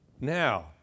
Now